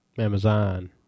Amazon